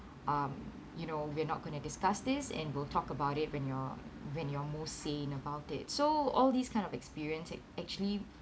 um you know we're not going to discuss this and we'll talk about it when you're when you're more sane about it so all these kind of experience it actually